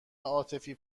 عاطفی